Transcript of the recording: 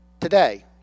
today